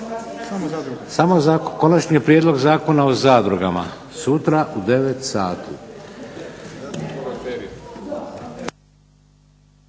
Samo Konačni prijedlog Zakona o zadrugama. Sutra u 9,00